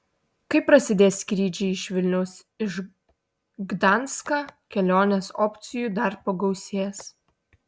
kai prasidės skrydžiai iš vilniaus iš gdanską kelionės opcijų dar pagausės